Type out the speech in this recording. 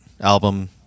album